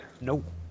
nope